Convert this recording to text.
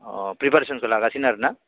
अ प्रिपेरेसनखो लागासिनो आरो ना